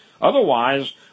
otherwise